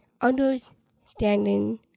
understanding